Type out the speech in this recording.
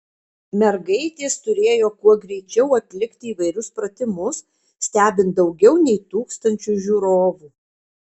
mergaitės turėjo kuo greičiau atlikti įvairius pratimus stebint daugiau nei tūkstančiui žiūrovų